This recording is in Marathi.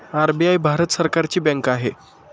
आर.बी.आय भारत सरकारची बँक आहे